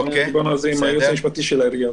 דיברנו על זה עם היועץ המשפטי של העירייה,